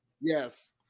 Yes